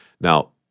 Now